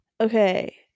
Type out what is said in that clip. Okay